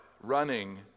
running